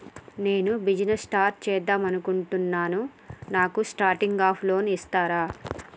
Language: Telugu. నేను బిజినెస్ స్టార్ట్ చేద్దామనుకుంటున్నాను నాకు స్టార్టింగ్ అప్ లోన్ ఇస్తారా?